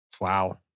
Wow